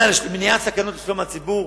מניעת סכנות לשלום הציבור,